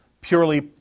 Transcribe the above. Purely